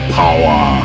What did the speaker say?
power